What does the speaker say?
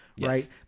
right